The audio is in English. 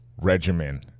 regimen